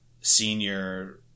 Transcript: senior